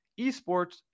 eSports